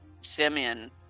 Simeon